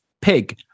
Pig